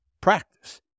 practice